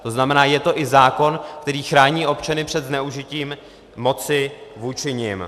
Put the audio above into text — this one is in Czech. To znamená, je to i zákon, který chrání občany před zneužitím moci vůči nim.